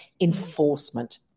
enforcement